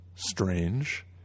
Strange